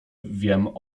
wiem